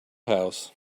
house